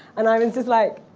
and i was just like,